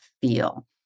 feel